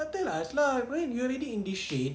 kau tell us lah when you already in this shit